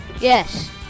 Yes